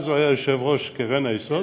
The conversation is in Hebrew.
אז הוא היה יושב-ראש קרן היסוד,